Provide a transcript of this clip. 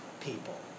people